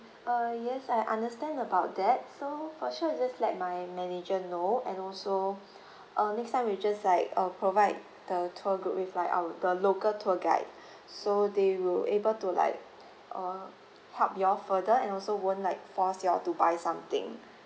err yes I understand about that so for sure I'll just let my manager know and also err next time we'll just like provide the tour group with like our the local tour guide so they will able to like err help you all further and also won't like force you all to buy something